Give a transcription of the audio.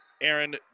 Aaron